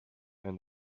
and